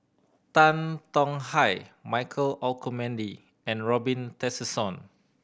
Tan Tong Hye Michael Olcomendy and Robin Tessensohn